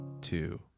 two